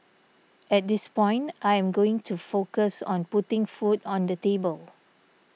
at this point I am going to focus on putting food on the table